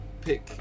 pick